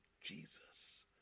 Jesus